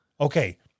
Okay